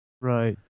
right